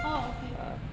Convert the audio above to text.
oh okay